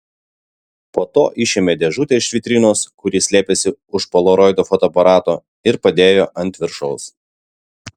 po to išėmė dėžutę iš vitrinos kur ji slėpėsi už polaroido fotoaparato ir padėjo ant viršaus